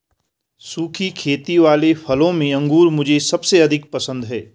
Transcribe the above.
सुखी खेती वाले फलों में अंगूर मुझे सबसे अधिक पसंद है